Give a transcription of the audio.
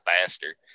faster